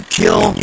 kill